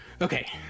Okay